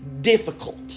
difficult